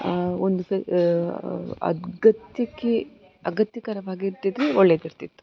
ಒಂದು ಅಗತ್ಯಕ್ಕೆ ಅಗತ್ಯಕರವಾಗಿ ಇರ್ತಿದ್ರೆ ಒಳ್ಳೇದಿರ್ತಿತ್ತು